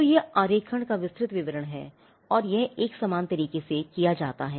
तो यह आरेखण का विस्तृत विवरण है और यह एक समान तरीके से किया जाता है